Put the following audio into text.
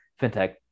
FinTech